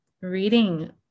reading